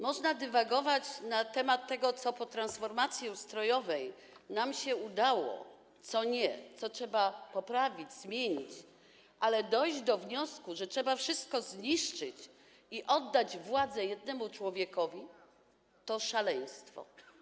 Można dywagować na temat tego, co po transformacji ustrojowej nam się udało, a co nie, co trzeba poprawić, zmienić, ale dojść do wniosku, że trzeba wszystko zniszczyć i oddać władzę jednemu człowiekowi, to szaleństwo.